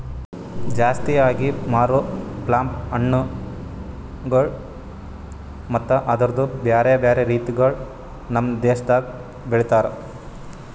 ಜಾಸ್ತಿ ಆಗಿ ಮಾರೋ ಪ್ಲಮ್ ಹಣ್ಣುಗೊಳ್ ಮತ್ತ ಅದುರ್ದು ಬ್ಯಾರೆ ಬ್ಯಾರೆ ರೀತಿಗೊಳ್ ನಮ್ ದೇಶದಾಗ್ ಬೆಳಿತಾರ್